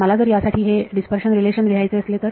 मला जर यासाठी हे डीस्पर्शन रिलेशन लिहायचे असेल तर